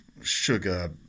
sugar